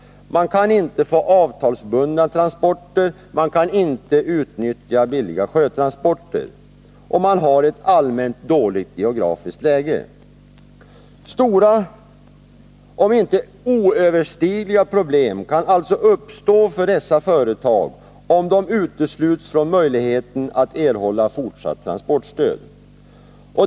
De kan inte få avtalsbundna transporter eller utnyttja billiga sjötransporter. De har ett allmänt dåligt geografiskt läge. Stora, om inte oöverstigliga problem kan alltså uppstå för dessa företag, om de utesluts från möjligheten att erhålla fortsatt transportstöd.